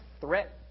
threat